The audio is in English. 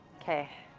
okay.